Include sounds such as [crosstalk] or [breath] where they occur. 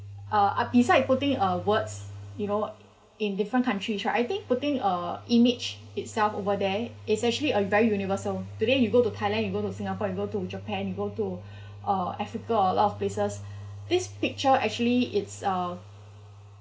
uh ah beside putting uh words you know in different country I think putting a image itself over there it's actually a very universal today you go to thailand you go to the singapore you go to japan you go to [breath] uh africa a lot of places this picture actually is uh